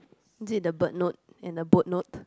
did the bird note and the boat note